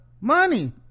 money